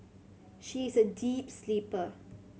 she is a deep sleeper